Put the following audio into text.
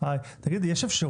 אני איתכם.